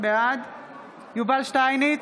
בעד יובל שטייניץ,